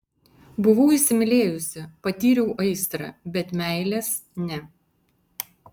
buvau įsimylėjusi patyriau aistrą bet meilės ne